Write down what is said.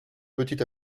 petit